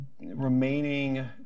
remaining